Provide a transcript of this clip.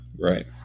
Right